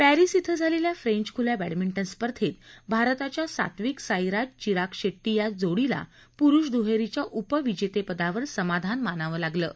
Paris धिं झालेल्या French खुल्या बॅडमिंटन स्पर्धेत भारताच्या सात्विक साईराज चिराग शेट्टी या जोडीला पुरुष दुहेरीच्या उपविजेतेपदावर समाधान मानावं लागलं आहे